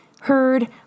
heard